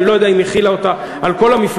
ואני לא יודע אם היא החילה אותה על כל המפלגה,